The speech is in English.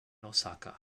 osaka